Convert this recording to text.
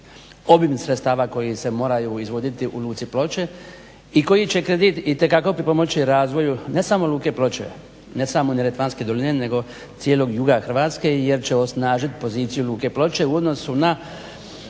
obim sredstava koji se moraju izvoditi u Luci Ploče i koji će kredit itekako pripomoći razvoju ne samo Luke Ploče, ne samo Neretvanske doline nego cijelog juga Hrvatske jer će osnažiti poziciju Luke Ploče u odnosu na